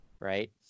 right